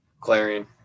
Clarion